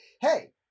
hey